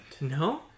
No